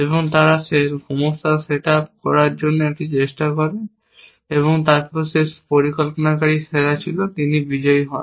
এবং তারা সমস্যা সেট আপ করার জন্য এটি চেষ্টা করে এবং তারপর যে পরিকল্পনাকারী সেরা ছিল তিনি বিজয়ী হন